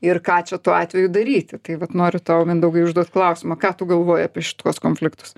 ir ką čia tuo atveju daryti tai vat noriu tau mindaugai užduot klausimą ką tu galvoji apie šituos konfliktus